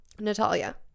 natalia